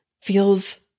feels